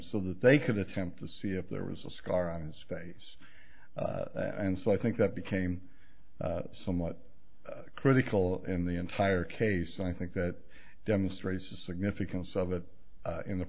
so that they could attempt to see if there was a scar on his face and so i think that became somewhat critical in the entire case i think that demonstrates the significance of it in the